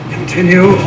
Continue